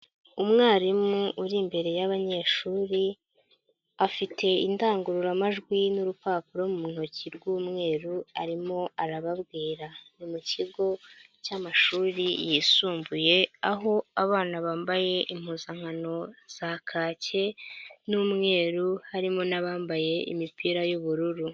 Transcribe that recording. Umwarimu uri imbere y'abanyeshuri afite indangururamajwi n'urupapuro mu ntoki rw'umweru arimo arababwira. Ni mu kigo cy'amashuri yisumbuye, aho abana bambaye impuzankano za kake n'umweru, harimo n'abambaye imipira y'ubururu.